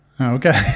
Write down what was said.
Okay